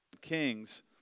Kings